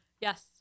Yes